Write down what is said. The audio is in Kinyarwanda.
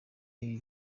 ibi